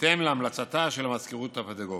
בהתאם להמלצתה של המזכירות הפדגוגית.